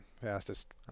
fastest